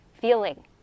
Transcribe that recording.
feeling